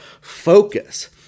focus